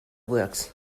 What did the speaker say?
works